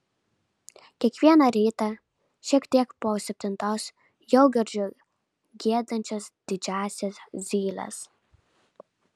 kiekvieną ryta šiek tiek po septintos jau girdžiu giedančias didžiąsias zyles